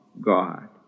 God